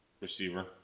Receiver